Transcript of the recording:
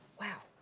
wow,